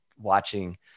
watching